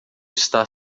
está